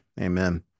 Amen